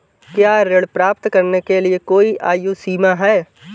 क्या ऋण प्राप्त करने के लिए कोई आयु सीमा है?